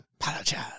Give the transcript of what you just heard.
Apologize